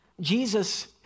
Jesus